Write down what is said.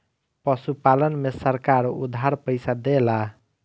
पशुपालन में सरकार उधार पइसा देला?